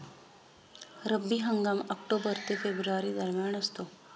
रब्बी हंगाम ऑक्टोबर ते फेब्रुवारी दरम्यान असतो